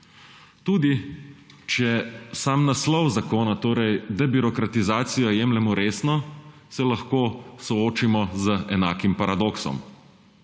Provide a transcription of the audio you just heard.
Tudi če sam naslov zakona, torej debirokratizacijo, jemljemo resno, se lahko soočimo z enakim paradoksom;